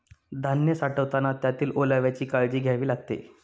धान्य साठवताना त्यातील ओलाव्याची काळजी घ्यावी लागते